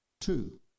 Two